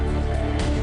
אנחנו מדברים על 1,300